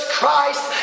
Christ